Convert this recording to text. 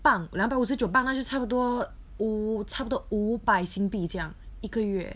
磅两百五十九磅那就是差不多五差不多五百新币这样一个月